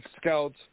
scouts